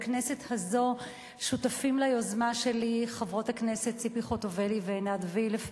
בכנסת הזאת שותפים ליוזמה שלי חברות הכנסת ציפי חוטובלי ועינת וילף,